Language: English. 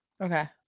okay